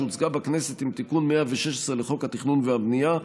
שהוצגה בכנסת עם תיקון 116 לחוק התכנון והבנייה.